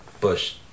Bush